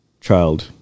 child